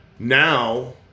Now